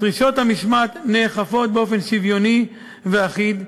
דרישות המשמעת נאכפות באופן שוויוני ואחיד,